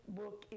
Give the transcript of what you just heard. book